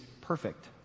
perfect